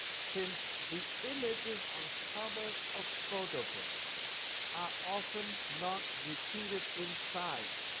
since the images on covers of photo books are often not repeated inside,